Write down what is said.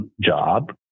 job